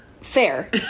fair